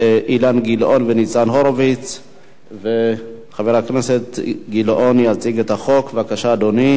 דליה איציק, תמשיך לדיון, עברה בקריאה טרומית,